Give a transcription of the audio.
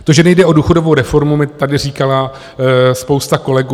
To, že nejde o důchodovou reformu, mi tady říkala spousta kolegů.